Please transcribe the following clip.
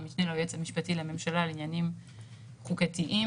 אולי אם היינו אומרים את זה על טורקיה כבר לפני שבועיים: